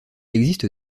existe